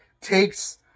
takes